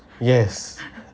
yes